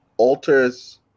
alters